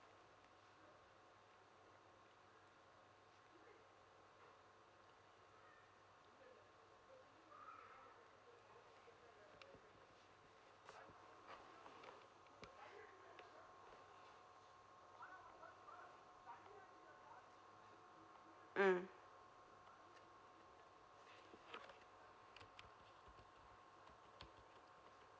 mm